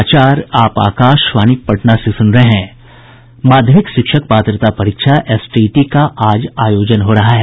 माध्यमिक शिक्षक पात्रता परीक्षा एसटीईटी का आज आयोजन हो रहा है